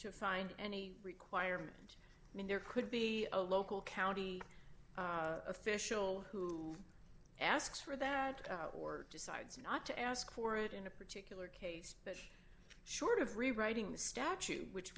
to find any requirement i mean there could be a local county official who asks for that or decides not to ask for it in a particular case but short of rewriting the statute which